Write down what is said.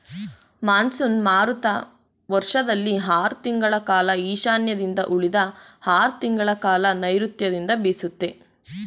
monsoon ಮಾರುತ ವರ್ಷದಲ್ಲಿ ಆರ್ ತಿಂಗಳ ಕಾಲ ಈಶಾನ್ಯದಿಂದ ಉಳಿದ ಆರ್ ತಿಂಗಳಕಾಲ ನೈರುತ್ಯದಿಂದ ಬೀಸುತ್ತೆ